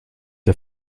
der